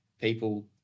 people